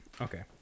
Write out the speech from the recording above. Okay